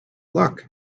look